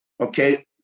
okay